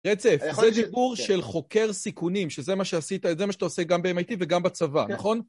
רצף, זה דיבור של חוקר סיכונים, שזה מה שאתה עושה גם ב-MIT וגם בצבא, נכון?